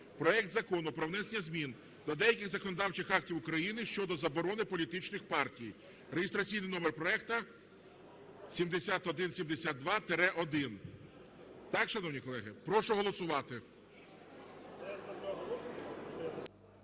проект Закону про внесення змін до деяких законодавчих актів України щодо заборони політичних партій (реєстраційний номер проекту 7172-1). Так, шановні колеги? Прошу голосувати.